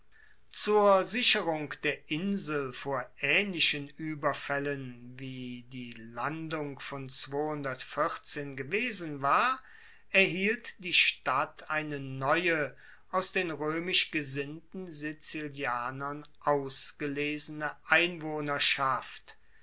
zur sicherung der insel vor aehnlichen ueberfaellen wie die landung von gewesen war erhielt die stadt eine neue aus den roemisch gesinnten sizilianern ausgelesene einwohnerschaft